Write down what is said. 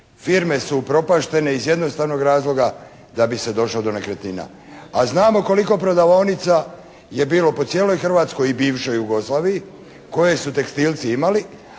firme su upropaštene iz jednostavnog razloga da bi se došlo do nekretnina, a znamo koliko prodavaonica je bilo po cijeloj Hrvatskoj i bivšoj Jugoslaviji koje su tekstilci imali,